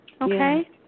okay